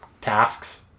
tasks